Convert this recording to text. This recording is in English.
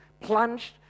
plunged